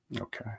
Okay